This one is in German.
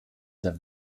der